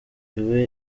iwe